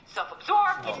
Self-absorbed